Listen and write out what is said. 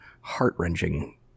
heart-wrenching